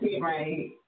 Right